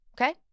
okay